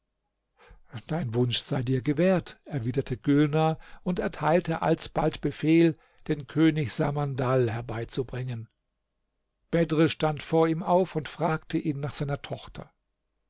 dein wunsch sei dir gewährt erwiderte gülnar und erteilte alsbald befehl den könig samandal herbeizubringen bedr stand vor ihm auf und fragte ihn nach seiner tochter